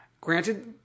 granted